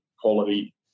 quality